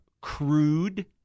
crude